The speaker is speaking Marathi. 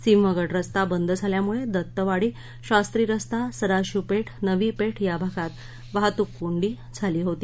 सिंहगड रस्ता बंद झाल्यामुळे दत्त वाड़ी शास्त्री रस्ता सदाशिव पेठ नवी पेठ या भागात वाहतूक कोंडी झाली होती